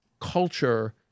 culture